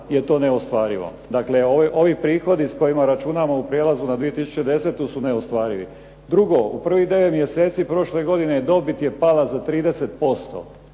je to neostvarivo. Dakle, ovi prihodi s kojima računa u prijelazu na 2010. su neostvarivi. Drugo, u prvih 9 mjeseci prošle godine dobit je pala za 30%,